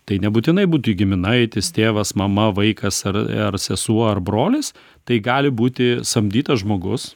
tai nebūtinai būti giminaitis tėvas mama vaikas ar ar sesuo ar brolis tai gali būti samdytas žmogus